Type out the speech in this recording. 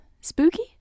spooky